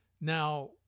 Now